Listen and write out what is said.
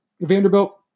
Vanderbilt